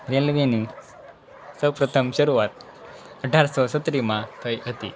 રેલવેની સૌપ્રથમ શરૂઆત અઢારસો છત્રીસમાં થઈ હતી